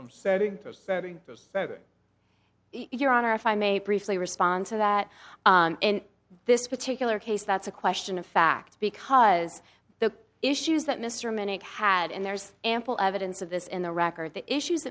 from setting to setting your honor if i may briefly respond to that in this particular case that's a question of fact because the issues that mr minnick had and there's ample evidence of this in the record the issues